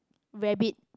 rabbit